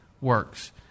works